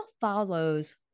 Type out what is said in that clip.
Follows